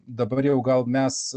dabar jau gal mes